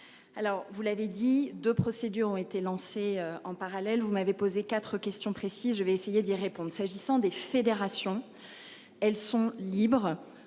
Alors vous l'avez dit de procédures ont été lancées en parallèle, vous m'avez posé 4 questions précises, je vais essayer d'y répondre. S'agissant des fédérations. Elles sont libres